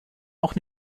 auch